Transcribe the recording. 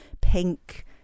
pink